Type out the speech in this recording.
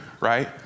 right